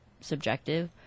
subjective